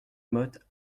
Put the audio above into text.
motte